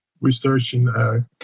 researching